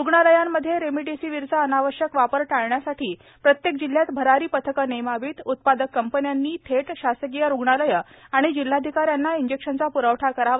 रुग्णालयांमध्ये रेमडीसीवीरचा अनावश्यक वापर टाळण्यासाठी प्रत्येक जिल्ह्यात अरारी पथकं नेमावीत उत्पादक कंपन्यांनी थेट शासकीय रुग्णालयं आणि जिल्हाधिकाऱ्यांना इंजेक्शनचा प्रवठा करावा